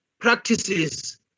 practices